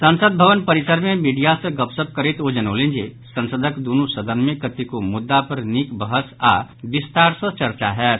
संसद भवन परिसर मे मीडिया सँ गपशप करैत ओ उम्मीद जतौलनि जे संसदक दुनू सदन मे कतेको मुद्दा पर निक बहस आओर विस्तार सँ चर्चा होयत